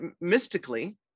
mystically